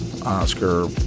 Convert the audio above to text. Oscar